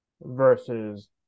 versus